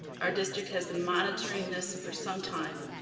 our district has been monitoring this for some time.